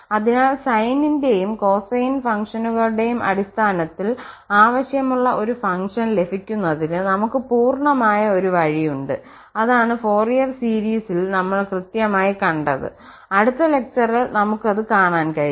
അതിനാൽ സൈനിന്റെയും കൊസൈൻ ഫംഗ്ഷനുകളുടെയും അടിസ്ഥാനത്തിൽ ആവശ്യമുള്ള ഒരു ഫംഗ്ഷൻ ലഭിക്കുന്നതിന് നമുക് പൂർണ്ണമായ ഒരു വഴിയുണ്ട് അതാണ് ഫൊറിയർ സീരീസിൽ നമ്മൾ കൃത്യമായി കണ്ടത് അടുത്ത ലെക്ചറിൽ നമുക്കത് കാണാൻ കഴിയും